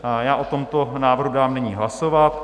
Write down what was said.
Já o tomto návrhu dám nyní hlasovat.